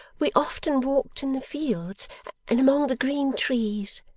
we often walked in the fields and among the green trees,